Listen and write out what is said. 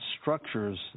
structures